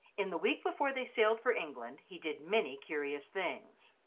in the week before they sailed for england he did many curious things.